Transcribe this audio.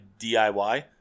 DIY